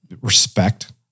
respect